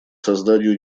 созданию